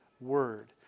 word